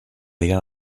liga